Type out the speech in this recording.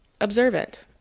observant